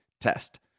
Test